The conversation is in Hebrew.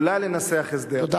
ואולי לנסח הסדר.